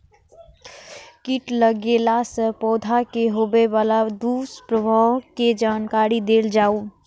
कीट लगेला से पौधा के होबे वाला दुष्प्रभाव के जानकारी देल जाऊ?